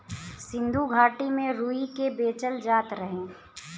सिन्धु घाटी में रुई के बेचल जात रहे